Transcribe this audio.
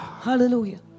Hallelujah